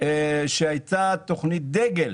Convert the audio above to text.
שהייתה תכנית דגל